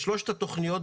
בשלושת התכניות,